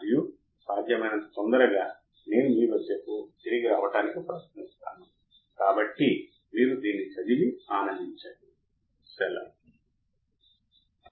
కాబట్టి మేము తరువాతి మాడ్యూల్లో చూస్తాము ఆప్ ఆంప్ యొక్క మరింత పారామితులు అప్పటి వరకు మీరు జాగ్రత్తగా చూసుకోండి నేను మిమ్మల్ని తదుపరి మాడ్యూల్లో చూస్తాను బై